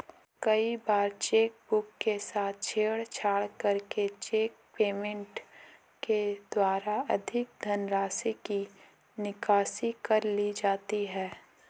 कई बार चेकबुक के साथ छेड़छाड़ करके चेक पेमेंट के द्वारा अधिक धनराशि की निकासी कर ली जाती है